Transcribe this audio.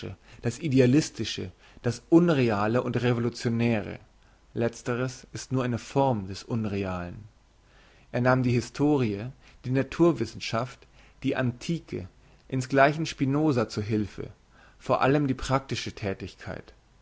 das idealistische das unreale und revolutionäre letzteres ist nur eine form des unrealen er nahm die historie die naturwissenschaft die antike insgleichen spinoza zu hülfe vor allem die praktische thätigkeit